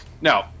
no